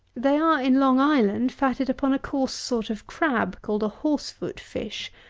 they are, in long island, fatted upon a coarse sort of crab, called a horse-foot fish,